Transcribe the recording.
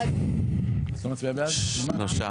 שלושה.